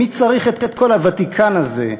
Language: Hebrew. "מי צריך את כל הוותיקן הזה?"